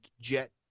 jet